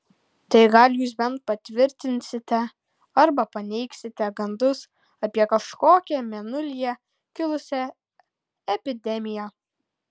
tai gal jūs bent patvirtinsite arba paneigsite gandus apie kažkokią mėnulyje kilusią epidemiją